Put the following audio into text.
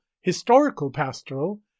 historical-pastoral